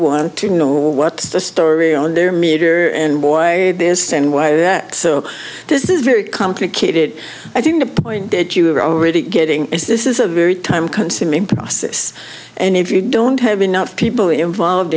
want to know what's the story on their meter and boy did this and why that so this is very complicated i think the point that you're already getting is this is a very time consuming process and if you don't have enough people involved